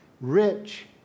Rich